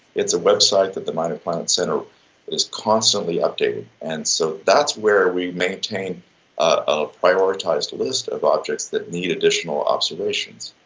it's a website that the minor planet center is constantly updating, and so that's where we maintain a prioritized list of objects that need additional observations.